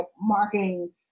marketing